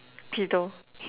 pillow